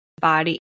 body